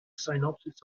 synopsis